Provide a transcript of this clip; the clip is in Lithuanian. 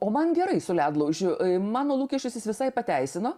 o man gerai su ledlaužiu mano lūkesčius jis visai pateisino